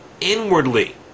inwardly